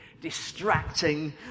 distracting